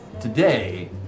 today